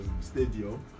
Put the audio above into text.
stadium